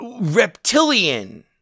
reptilian